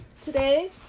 Today